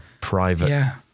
private